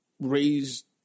raised